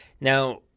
now